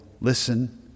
listen